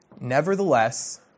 Nevertheless